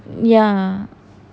ya